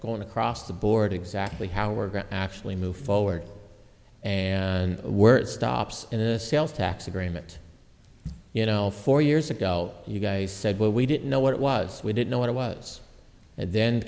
going across the board exactly how we're going to actually move forward and we're stops in a sales tax agreement you know four years ago you guys said well we didn't know what it was we didn't know what it was and then